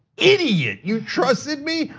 idiot, you trusted me?